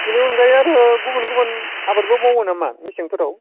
बिनि अनगायै आरो गुबुन गुबुन आबादबो मावो नामा मेसेंफोराव